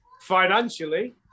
Financially